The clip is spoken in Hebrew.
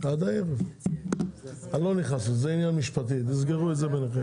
אנחנו כן נתקן את הסעיפים האלה.